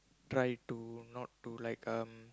try to not to like um